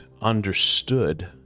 understood